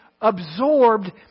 absorbed